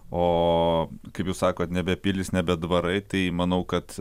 o kaip jūs sakot nebe pilys nebe dvarai tai manau kad